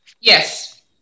yes